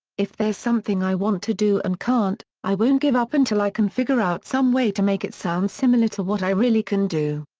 if there's something i want to do and can't, i won't give up until i can figure out some way to make it sound similar to what i really can do.